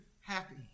happy